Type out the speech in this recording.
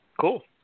Cool